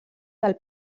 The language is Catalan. del